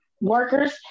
workers